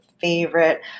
favorite